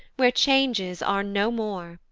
where changes are no more,